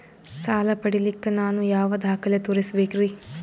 ಸಾಲ ಪಡಿಲಿಕ್ಕ ನಾನು ಯಾವ ದಾಖಲೆ ತೋರಿಸಬೇಕರಿ?